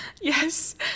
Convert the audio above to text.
Yes